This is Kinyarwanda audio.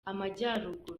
amajyaruguru